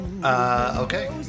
Okay